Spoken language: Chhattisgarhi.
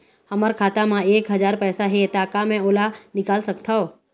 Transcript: हमर खाता मा एक हजार पैसा हे ता का मैं ओला निकाल सकथव?